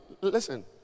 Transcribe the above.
listen